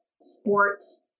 sports